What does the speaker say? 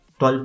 12